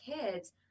kids